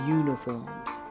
uniforms